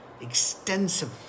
extensive